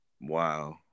Wow